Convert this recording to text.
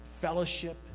fellowship